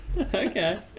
Okay